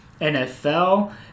NFL